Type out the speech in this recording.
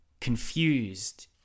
confused